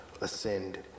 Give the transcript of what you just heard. ascend